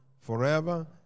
forever